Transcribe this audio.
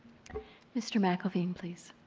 mr. mcelveen please.